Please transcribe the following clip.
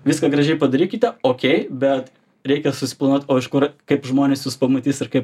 viską gražiai padarykite okei bet reikia susiplanuot o iš kur kaip žmonės jus pamatys ir kaip